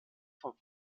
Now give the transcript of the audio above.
vom